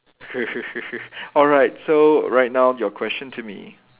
alright so right now your question to me